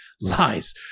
lies